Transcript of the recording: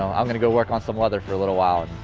um i'm gonna go work on some other for a little while.